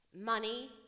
money